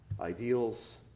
Ideals